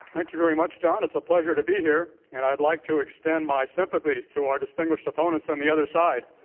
thank you very much, john. it's a pleasure to be here. and i'd like to extend my sympathies to our distinguished opponents on the other side.